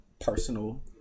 personal